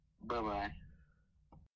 Bye-bye